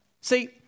See